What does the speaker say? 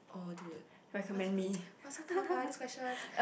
oh dude why so why so tough ah this question